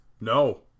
No